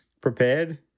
prepared